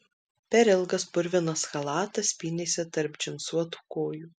per ilgas purvinas chalatas pynėsi tarp džinsuotų kojų